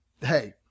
Hey